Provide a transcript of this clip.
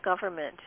government